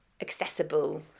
accessible